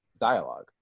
dialogue